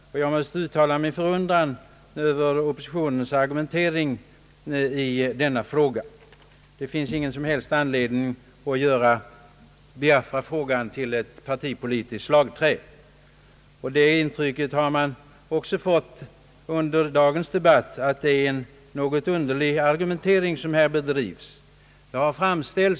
Jag måste uttala min förundran över oppositionens argumentering i denna fråga; det finns heller ingen anledning att göra Biafrafrågan till ett partipolitiskt slagträ. Man har också under dagens debatt fått det intrycket att oppositionen bedriver en underlig argumentering rörande Biafra.